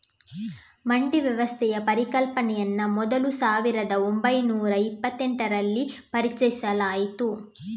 ಮಂಡಿ ವ್ಯವಸ್ಥೆಯ ಪರಿಕಲ್ಪನೆಯನ್ನ ಮೊದಲು ಸಾವಿರದ ಒಂಬೈನೂರ ಇಪ್ಪತೆಂಟರಲ್ಲಿ ಪರಿಚಯಿಸಲಾಯ್ತು